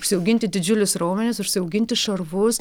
užsiauginti didžiulius raumenis užsiauginti šarvus